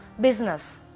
business